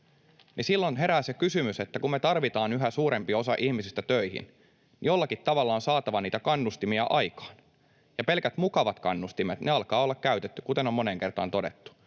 silloin herää se kysymys, että kun me tarvitaan yhä suurempi osa ihmisistä töihin, jollakin tavalla on saatava niitä kannustimia aikaan ja pelkät mukavat kannustimet alkavat olla käytetty, kuten on moneen kertaamaan todettu